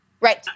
right